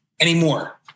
anymore